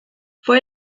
fue